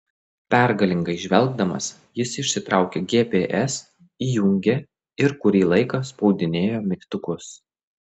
pergalingai žvelgdamas jis išsitraukė gps įjungė ir kurį laiką spaudinėjo mygtukus